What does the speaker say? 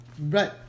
Right